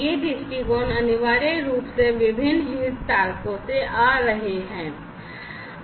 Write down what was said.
ये दृष्टिकोण अनिवार्य रूप से विभिन्न हितधारकों से आ रहे हैं